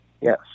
Yes